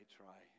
try